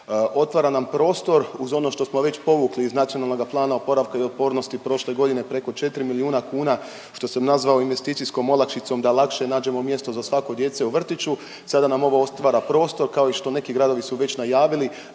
Otvara nam prostor uz ono što smo već povukli iz Nacionalnoga plana oporavka i otpornosti prošle godine preko 4 milijuna kuna što sam nazvao investicijskom olakšicom da lakše nađemo mjesto za svako dijete u vrtiću. Sada nam ovo otvara prostor kao i što neki gradovi su već najavili